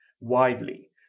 widely